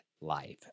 life